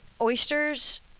oysters